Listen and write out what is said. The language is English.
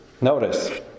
Notice